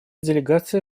делегация